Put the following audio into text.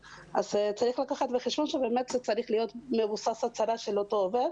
צריך לקחת בחשבון שזה צריך להיות מבוסס הצהרה של אותו עובד,